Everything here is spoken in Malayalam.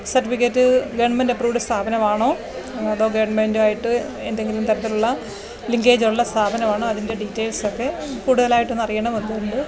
സര്ട്ടിഫിക്കറ്റ് ഗവണ്മെന്റ് അപ്പ്രൂവ്ഡ് സ്ഥാപനമാണോ അതോ ഗവണ്മെന്റുമായിട്ട് എന്തെങ്കിലും തരത്തിലുള്ള ലിങ്കേജുള്ള സ്ഥാപനമാണോ അതിന്റെ ഡീറ്റെയില്സൊക്കെ കൂടുതലായിട്ടൊന്ന് അറിയണമെന്ന് ഉണ്ട്